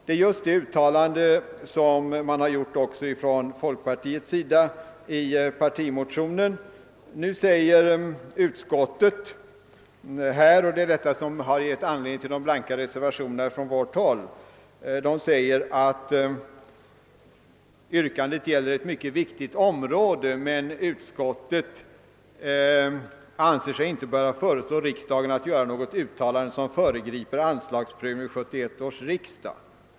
Det är just det uttalande som man gjort också från folkpartiets sida i partimotionen. Nu säger utskottet — och det är detta som givit anledning till den blanka reservationen — att yrkandet gäller ett mycket viktigt område, men utskottet anser sig inte böra föreslå riksdagen att göra något uttalande som föregriper anslagsprövningen vid 1971 års riksdag.